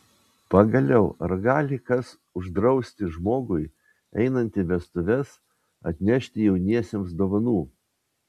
pagaliau ar gali kas uždrausti žmogui einant į vestuves atnešti jauniesiems dovanų